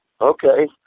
Okay